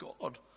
God